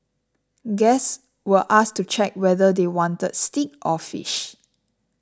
guests were asked to check whether they wanted steak or fish